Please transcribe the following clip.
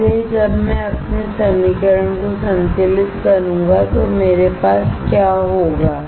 इसलिए जब मैं अपने समीकरण को संतुलित करूंगा तो मेरे पास क्या होगा